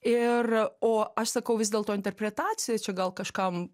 ir o aš sakau vis dėlto interpretacija čia gal kažkam